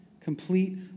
complete